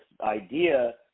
idea